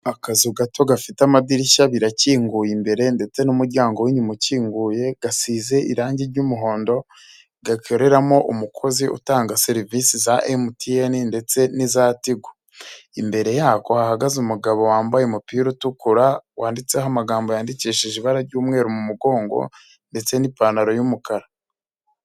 Akazu gato gafite amadirishya abiri akinguye imbere ndetse n'umuryango w'inyuma ukinguye, gasize irangi ry'umuhondo gakoreramo umukozi utanga serivisi za MTN ndetse n'iza Tigo, imbere yako ahagaze umugabo wambaye umupira utukura wanditseho amagambo yandikishije ibara ry'umweru mu mugongo ndetse n'ipantaro y'umukara.